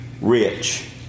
rich